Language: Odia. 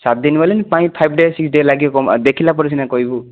ସାତଦିନ ବୋଲେ ଫାଇଭ୍ ଡେ ସିକ୍ସ ଡେ ଲାଗିବ ଦେଖିଲା ପରେ ସିନା କହିବୁ